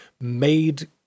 made –